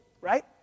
right